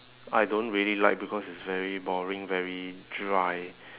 I don't really like because it's very boring very dry